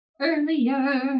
earlier